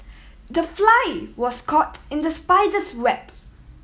the fly was caught in the spider's web